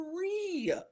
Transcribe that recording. three